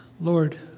Lord